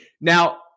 Now